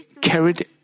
carried